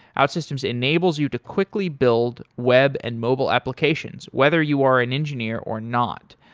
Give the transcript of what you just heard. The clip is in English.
outsystems enables you to quickly build web and mobile applications whether you are an engineer or not.